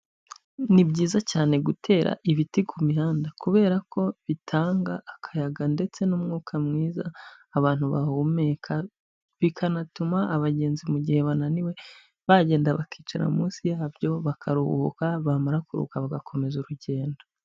Ni byiza cyane gutera ibiti ku mihanda kubera ko bitanga akayaga ndetse n'umwuka mwiza abantu bahumeka, bikanatuma abagenzi mu gihe bananiwe bagenda bakicara munsi yabyo bakaruhuka bamara kuruhuruka bagakomeza urugendo.